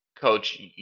Coach